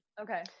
okay